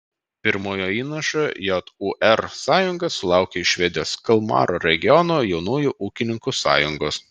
pirmojo įnašo jūr sąjunga sulaukė iš švedijos kalmaro rajono jaunųjų ūkininkų sąjungos